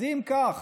אז אם כך,